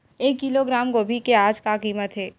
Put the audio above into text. एक किलोग्राम गोभी के आज का कीमत हे?